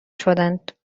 شدند